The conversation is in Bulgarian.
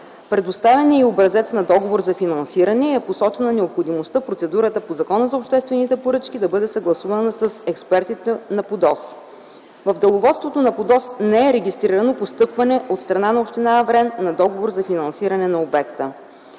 Предоставен е и образец на договор за финансиране и е посочена необходимостта процедурата по Закона за обществените поръчки да бъде съгласувана с експертите на ПУДООС. В деловодството на ПУДООС не е регистрирано постъпване от страна на община Аврен на договор за финансиране на обекта.